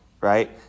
right